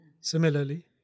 Similarly